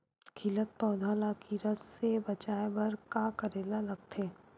खिलत पौधा ल कीरा से बचाय बर का करेला लगथे?